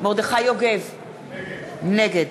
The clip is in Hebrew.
מרדכי יוגב, נגד